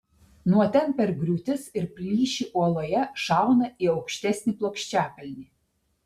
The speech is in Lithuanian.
nuo ten per griūtis ir plyšį uoloje šauna į aukštesnį plokščiakalnį